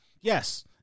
Yes